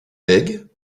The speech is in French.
bègue